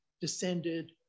descended